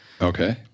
Okay